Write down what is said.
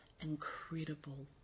Incredible